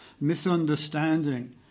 misunderstanding